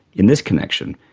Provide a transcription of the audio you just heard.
in this connection,